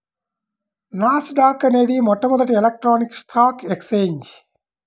నాస్ dock అనేది మొట్టమొదటి electronic stock exchange